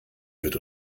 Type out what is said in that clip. wird